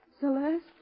Celeste